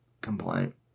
complaint